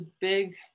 big